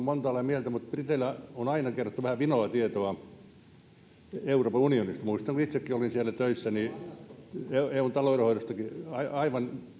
montaa mieltä että briteille on aina kerrottu vähän vinoa tietoa euroopan unionista muistan että kun itsekin olin siellä töissä niin eun talouden hoidostakin aivan